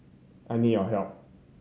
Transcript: I need your help